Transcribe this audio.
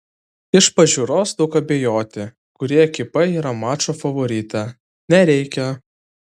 iš pažiūros daug abejoti kuri ekipa yra mačo favoritė nereikia